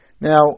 Now